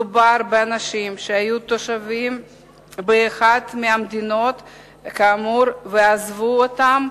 מדובר באנשים שהיו תושבים באחת מהמדינות כאמור ועזבו אותה,